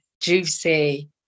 juicy